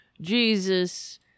jesus